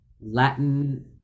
latin